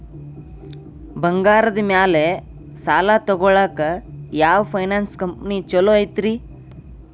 ಬಂಗಾರದ ಮ್ಯಾಲೆ ಸಾಲ ತಗೊಳಾಕ ಯಾವ್ ಫೈನಾನ್ಸ್ ಕಂಪನಿ ಛೊಲೊ ಐತ್ರಿ?